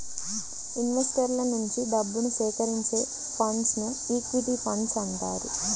ఇన్వెస్టర్ల నుంచి డబ్బుని సేకరించే ఫండ్స్ను ఈక్విటీ ఫండ్స్ అంటారు